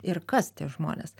ir kas tie žmonės